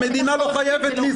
המדינה לא חייבת לי,